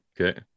Okay